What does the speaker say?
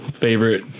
favorite